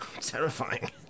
Terrifying